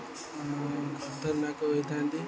Khatarnak ହୋଇଇଥାନ୍ତି